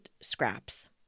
scraps